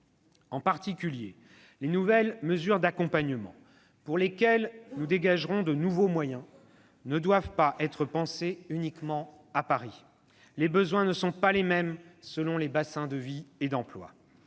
En particulier, les nouvelles mesures d'accompagnement, pour lesquelles nous dégagerons de nouveaux moyens, ne doivent pas être pensées uniquement à Paris : les besoins ne sont pas les mêmes selon les bassins de vie et d'emploi.